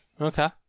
Okay